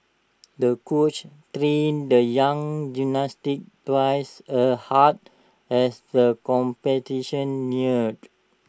the coach trained the young gymnast twice as hard as the competition neared